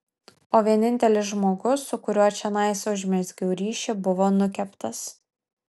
o vienintelis žmogus su kuriuo čionais užmezgiau ryšį buvo nukeptas